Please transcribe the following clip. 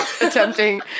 attempting